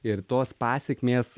ir tos pasekmės